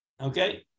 Okay